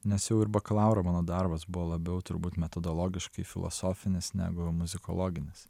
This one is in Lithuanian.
nes jau ir bakalauro mano darbas buvo labiau turbūt metodologiškai filosofinis negu muzikologinis